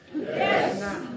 Yes